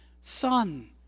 Son